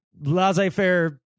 laissez-faire